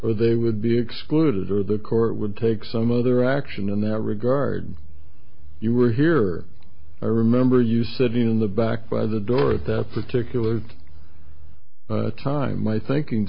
or they would be excluded or the court would take some other action in that regard you were here i remember you sitting in the back by the door at that particular time my thinking